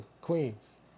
Queens